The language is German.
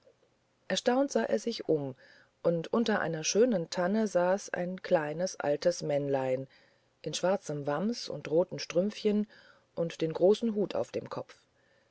erstaunt sah er sich um und unter einer schönen tanne saß ein kleines altes männlein in schwarzem wams und roten strümpfen und den großen hut auf dem kopf